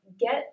Get